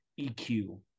EQ